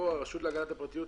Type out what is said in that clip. הרשות להגנת הפרטיות,